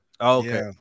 Okay